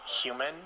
human